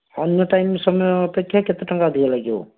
ଅନ୍ୟ ଟାଇମ ସମୟ ଅପେକ୍ଷା କେତେ ଟଙ୍କା ଅଧିକ ଲାଗିବ